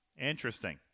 Interesting